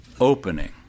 opening